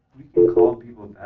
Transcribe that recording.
can call people